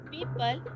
People